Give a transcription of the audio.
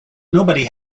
nobody